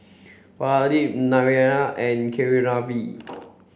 Pradip Naraina and Keeravani